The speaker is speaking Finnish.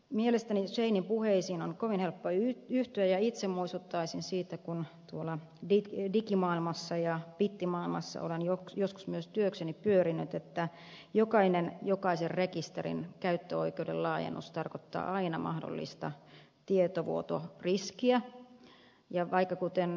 mielestäni scheininin puheisiin on kovin helppo yhtyä ja itse muistuttaisin siitä kun tuolla digi ja bittimaailmassa olen joskus myös työkseni pyörinyt että jokaisen rekisterin jokainen käyttöoikeuden laajennus tarkoittaa aina mahdollista tietovuotoriskiä vaikka kuten ed